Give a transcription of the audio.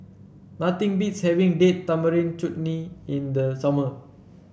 nothing beats having Date Tamarind Chutney in the summer